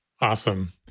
Awesome